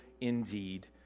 indeed